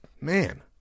man